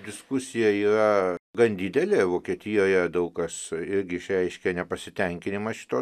diskusija yra gan didelė vokietijoje daug kas irgi išreiškė nepasitenkinimą šituo